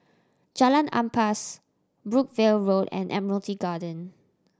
Jalan Ampas Brookvale Walk and Admiralty Garden